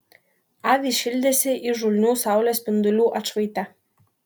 avys šildėsi įžulnių saulės spindulių atšvaite